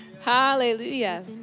Hallelujah